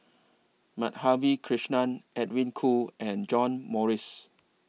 Madhavi Krishnan Edwin Koo and John Morrice